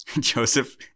Joseph